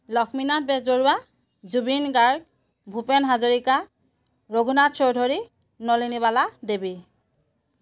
Lakshminath Bezbaroa Zubeen Garg Bhupen Hazarika Raghunath Choudhury Nalinibala Devi